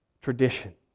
tradition